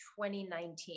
2019